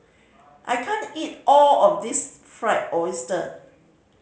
I can't eat all of this Fried Oyster